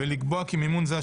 ולקבוע כי מימון זה,